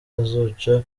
azoca